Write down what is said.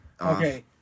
Okay